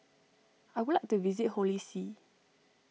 I would like to visit Holy See